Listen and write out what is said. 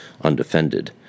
undefended